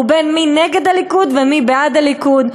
הוא בין מי נגד הליכוד ומי בעד הליכוד.